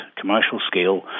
commercial-scale